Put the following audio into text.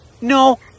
No